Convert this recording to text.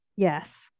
Yes